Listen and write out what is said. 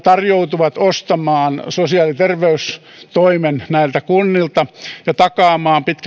tarjoutuvat ostamaan sosiaali ja terveystoimen näiltä kunnilta ja takaamaan